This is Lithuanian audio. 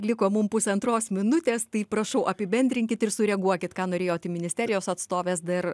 liko mum pusantros minutės tai prašau apibendrinkit ir sureaguokit ką norėjot į ministerijos atstovės dar